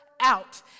out